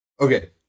Okay